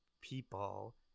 people